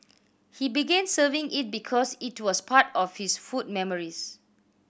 he began serving it because it was part of his food memories